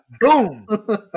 boom